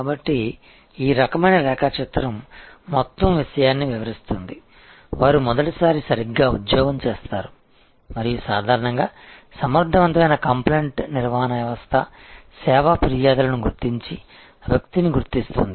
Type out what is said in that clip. కాబట్టి ఈ రకమైన రేఖాచిత్రం మొత్తం విషయాన్ని వివరిస్తుంది వారు మొదటిసారి సరిగ్గా ఉద్యోగం చేస్తారు మరియు సాధారణంగా సమర్థవంతమైన కంప్లైంట్ నిర్వహణ వ్యవస్థ సేవ ఫిర్యాదులను గుర్తించి వ్యక్తిని గుర్తిస్తుంది